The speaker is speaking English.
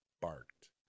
barked